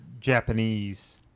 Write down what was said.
Japanese